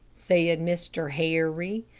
said mr. harry,